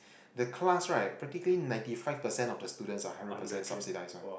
the class right practically ninety five percent of the students are hundred percent subsidised one